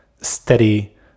steady